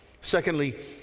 Secondly